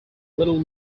little